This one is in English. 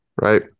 Right